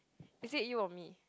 is it you or me